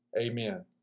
amen